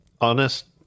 honest